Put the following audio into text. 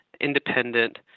independent